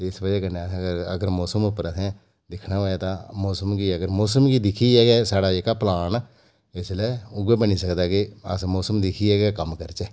ते इस बजह नै असें अगर मौसम पर असें दिक्खना होऐ तां मौसम गी दिक्खियै गै साढ़ा पलैन इसलै उऐ बनी सकदा कि अस मौसम दिक्खियै गै कम्म करचै